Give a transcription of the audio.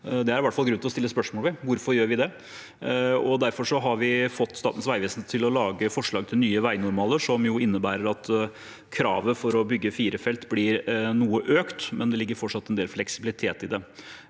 Det er det i hvert fall grunn til å stille spørsmål ved. Hvorfor gjør vi det? Derfor har vi fått Statens vegvesen til å lage forslag til nye vegnormaler som innebærer at kravet for å bygge fire felt blir noe økt, men det ligger fortsatt en del fleksibilitet i det.